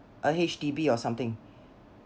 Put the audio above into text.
a H_D_B or something